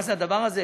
מה זה הדבר הזה?